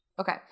Okay